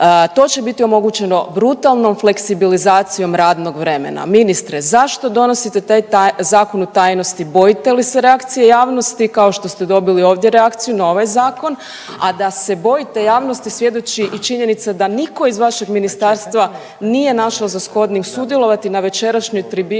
To će biti omogućeno brutalnom fleksibilizacijom radnog vremena. Ministre zašto donosite taj zakon u tajnosti, bojite li se reakcije javnosti kao što ste dobili ovdje reakciju na ovaj zakon? A da se bojite javnosti svjedoči i činjenica da nitko iz vašeg ministarstva nije našao za shodnim sudjelovati na večerašnjoj tribini